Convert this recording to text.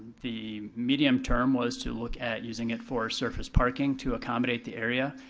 the medium-term was to look at using it for surface parking to accommodate the area.